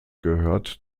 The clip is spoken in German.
gehört